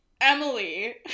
emily